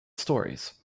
stories